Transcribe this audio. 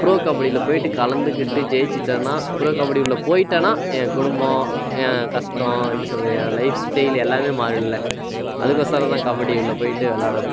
bro கபடியில் போய்ட்டு கலந்துக்கிட்டு ஜெயித்துட்டேன்னா ப்ரோ கபடி உள்ளே போய்ட்டேன்னா என் குடும்பம் என் கஷ்டம் எப்படி சொல்கிறது என் லைஃப் ஸ்டைல் எல்லாம் மாறிடும்ல அதுக்கு ஒசரம் தான் கபடி உள்ளே போய்ட்டு விளாடணும்